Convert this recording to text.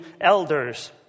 elders